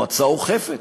המועצה אוכפת.